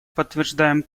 подтверждаем